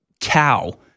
cow